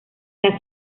las